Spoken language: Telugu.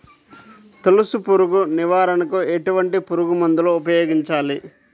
తొలుచు పురుగు నివారణకు ఎటువంటి పురుగుమందులు ఉపయోగించాలి?